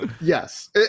Yes